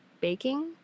baking